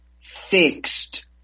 fixed